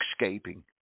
escaping